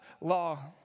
law